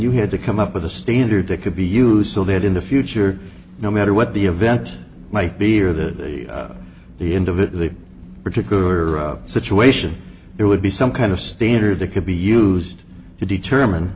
you had to come up with a standard that could be used so that in the future no matter what the event might be or the the end of it the particular situation there would be some kind of standard that could be used to determine